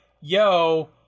yo